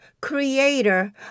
creator